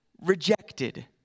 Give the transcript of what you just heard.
rejected